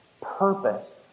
purpose